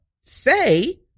say